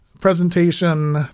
presentation